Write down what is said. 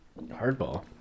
Hardball